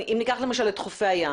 אם ניקח למשל את חופי הים,